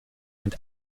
and